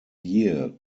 year